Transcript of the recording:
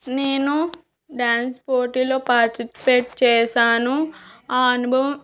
నేను డ్యాన్స్ పోటీలో పార్టిసిపేట్ చేసాను ఆ అనుభవం